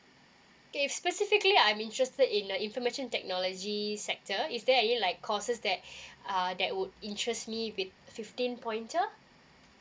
okay if specifically I'm interested in uh information technology sector is there any like courses that uh that would interest me with fifteen pointer